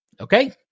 okay